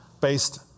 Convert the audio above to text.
based